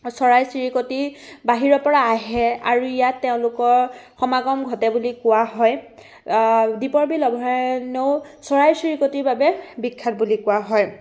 চৰাই চিৰিকটি বাহিৰৰপৰা আহে আৰু ইয়াত তেওঁলোকৰ সমাগম ঘটে বুলি কোৱা হয় দীপৰ বিল অভয়াৰণ্যও চৰাই চিৰিকটিৰ বাবে বিখ্যাত বুলি কোৱা হয়